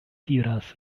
diras